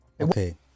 Okay